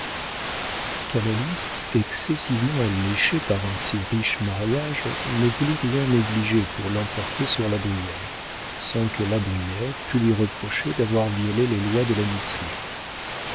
canalis excessivement alléché par un si riche mariage ne voulut rien négliger pour l'emporter sur la brière sans que la brière pût lui reprocher d'avoir violé les lois de l'amitié